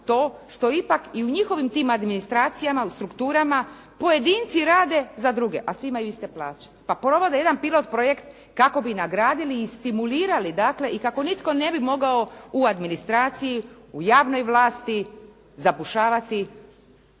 to što ipak i u njihovim tim administracijama, u strukturama pojedinci rade za druge, a svi imaju iste plaće pa provode jedan pilot projekt kako bi nagradili i stimulirali dakle i kako nitko ne bi mogao u administraciji u javnoj vlasti zabušavati